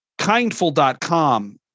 Kindful.com